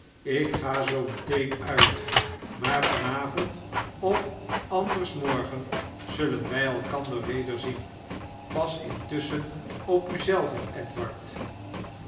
ik gazoometeen uit maar van avond of anders morgen zullen wij elkander wederzien pas intusschen op u zelven edward